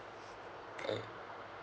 okay